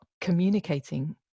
communicating